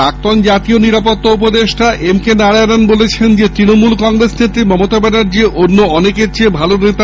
প্রাক্তন জাতীয় নিরাপত্তা উপদেষ্টা এম কে নায়ারণন বলেছেন তৃণমূল কংগ্রেস নেত্রী মমতা ব্যানার্জী অন্য অনেকের চেয়ে ভাল নেতা